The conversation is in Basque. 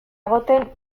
egoten